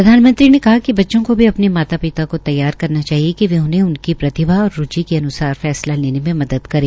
प्रधानमंत्री ने कहा कि बच्चों को भी अपने माता पिता को तैयार करना चाहिए कि वे उन्हें उनकी प्रतिभा और रूचि के अनुसार फैसला लेने में मदद करें